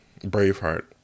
Braveheart